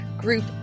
group